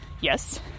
Yes